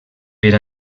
per